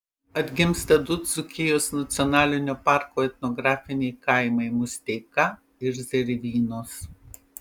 atgimsta du dzūkijos nacionalinio parko etnografiniai kaimai musteika ir zervynos